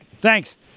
Thanks